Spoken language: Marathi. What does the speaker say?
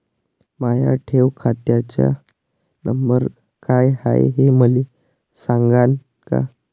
माया ठेव खात्याचा नंबर काय हाय हे मले सांगान का?